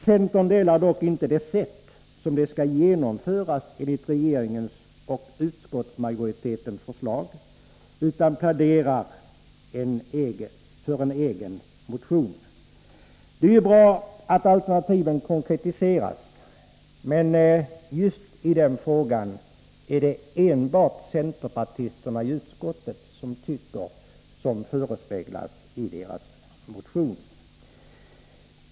Centern biträder dock inte regeringens och utskottsmajoritetens förslag om | det sätt som detta skall genomföras på utan pläderar för en egen motion. Det är bra att alternativen konkretiseras, men just i denna fråga är det enbart centerpartisterna i utskottet som ansluter sig till vad som förespeglas i deras I motion.